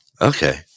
Okay